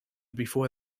before